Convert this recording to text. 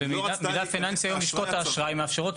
מידע פיננסי היום לשכות האשראי מאפשרות,